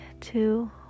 two